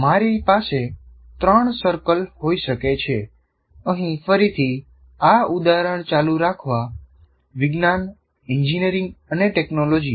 મારી પાસે ત્રણ સર્કલ હોઈ શકે છે અહીં ફરીથી આ ઉદાહરણ ચાલુ રાખવું વિજ્ઞાન એન્જિનિયરિંગ અને ટેકનોલોજી